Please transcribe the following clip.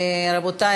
רבותי,